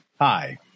Hi